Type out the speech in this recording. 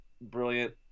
brilliant